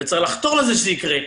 וצריך לחתור לכך שזה יקרה,